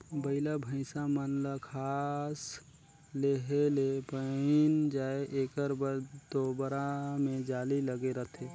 बइला भइसा मन ल सास लेहे ले बइन जाय एकर बर तोबरा मे जाली लगे रहथे